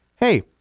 hey